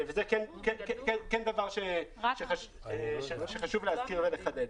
וזה כן דבר שחשוב להזכיר ולחדד.